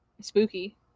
Spooky